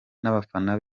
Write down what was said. n’abafana